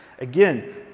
Again